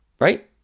right